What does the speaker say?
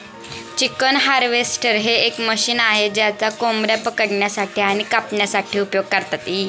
chicken harvester हे एक machine आहे ज्याचा कोंबड्या पकडण्यासाठी आणि कापण्यासाठी उपयोग करतात